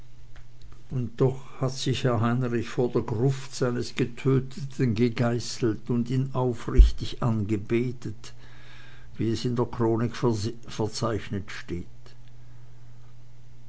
und doch hat sich herr heinrich vor der gruß seines getöteten gegeißelt und ihn aufrichtig angebetet wie es in der chronik verzeichnet steht